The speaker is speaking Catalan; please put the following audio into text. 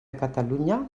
catalunya